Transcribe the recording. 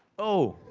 oh.